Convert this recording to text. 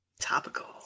topical